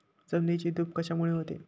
जमिनीची धूप कशामुळे होते?